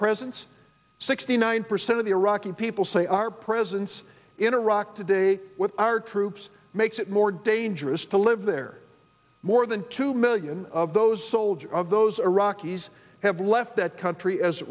presence sixty nine percent of the iraqi people say our presence in iraq today with our troops makes it more dangerous to live there more than two million of those soldiers of those iraqis have left that country as